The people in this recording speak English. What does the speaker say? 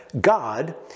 God